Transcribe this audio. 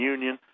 Union